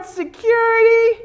security